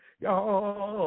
y'all